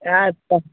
ଆଚ୍ଛା